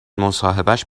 مصاحبهش